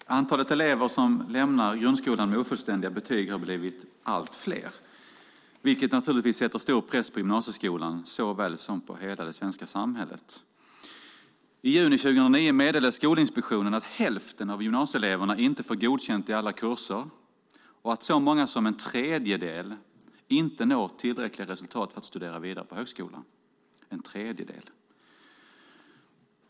Fru talman! Antalet elever som lämnar grundskolan med ofullständiga betyg har blivit allt fler, vilket naturligtvis sätter stor press på såväl gymnasieskolan som hela det svenska samhället. I juni 2009 meddelade Skolinspektionen att hälften av gymnasieeleverna inte får godkänt i alla kurser och att så många som en tredjedel inte når tillräckliga resultat för att studera vidare på högskolan - en tredjedel!